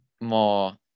more